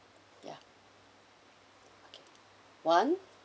ya okay one